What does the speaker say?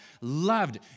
loved